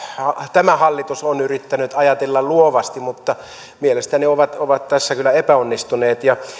tämä hallitus on yrittänyt ajatella luovasti mutta mielestäni he ovat tässä kyllä epäonnistuneet